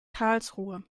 karlsruhe